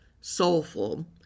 soulful